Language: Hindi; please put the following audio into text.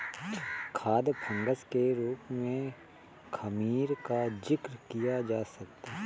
खाद्य फंगस के रूप में खमीर का जिक्र किया जा सकता है